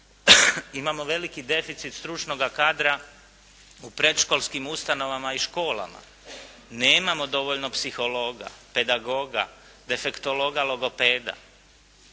imamo veliki deficit stručnoga kadra u predškolskim ustanovama i školama. Nemam dovoljno psihologa, pedagoga, defektologa, logopeda.